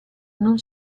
non